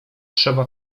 trzeba